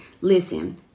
Listen